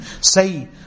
Say